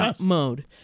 mode